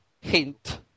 Hint